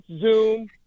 Zoom